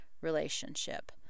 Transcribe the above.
relationship